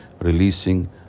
releasing